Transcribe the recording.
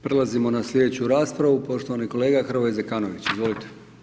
Prelazimo na slijedeću raspravu, poštovani kolega Hrvoje Zekanović, izvolite.